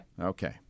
Okay